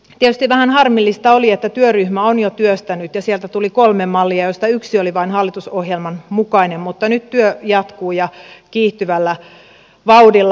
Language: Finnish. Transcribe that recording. tietysti vähän harmillista oli että työryhmä on jo työstänyt ja sieltä tuli kolme mallia joista vain yksi oli hallitusohjelman mukainen mutta nyt työ jatkuu ja kiihtyvällä vauhdilla